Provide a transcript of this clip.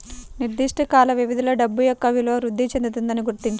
నిర్దిష్ట కాల వ్యవధిలో డబ్బు యొక్క విలువ వృద్ధి చెందుతుందని గుర్తించాలి